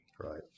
right